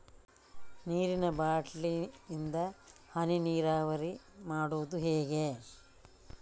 ನೀರಿನಾ ಬಾಟ್ಲಿ ಇಂದ ಹನಿ ನೀರಾವರಿ ಮಾಡುದು ಹೇಗೆ?